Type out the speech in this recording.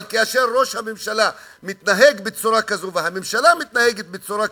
אבל כאשר ראש הממשלה מתנהג בצורה כזאת והממשלה מתנהגת בצורה כזאת,